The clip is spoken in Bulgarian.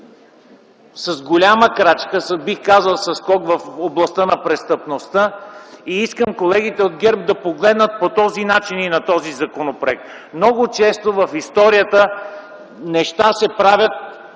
голяма крачка, бих казал, със скок, като в областта на престъпността. Искам колегите от ГЕРБ да погледнат по този начин и на този законопроект. Много често в историята нещата се правят